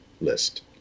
list